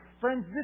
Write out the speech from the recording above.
Friends